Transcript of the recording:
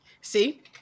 See